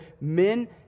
men